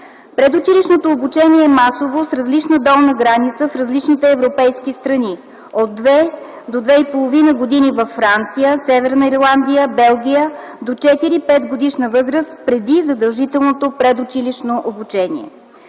Предучилищното обучение е масово с различна долна граница в различните европейски страни – от две до две и половина години във Франция, Северна Ирландия, Белгия - до четири-петгодишна възраст преди задължителното предучилищно обучение.